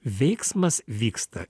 veiksmas vyksta